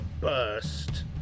burst